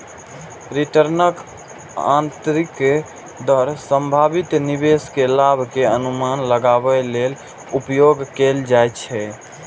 रिटर्नक आंतरिक दर संभावित निवेश के लाभ के अनुमान लगाबै लेल उपयोग कैल जाइ छै